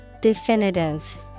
Definitive